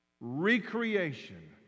recreation